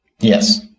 Yes